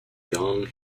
gong